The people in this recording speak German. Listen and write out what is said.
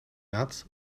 märz